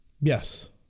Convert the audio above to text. Yes